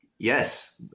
Yes